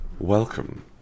Welcome